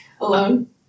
Alone